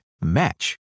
match